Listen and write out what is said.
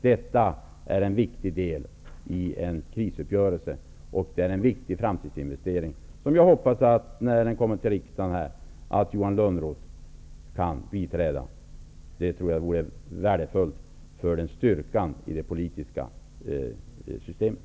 Detta är en viktig del i en krisuppgörelse och en viktig framtidsinvestering, som jag hoppas att Johan Lönnroth kan biträda när den kommer till riksdagen. Det tror jag vore värdefullt för styrkan i det politiska systemet.